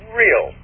real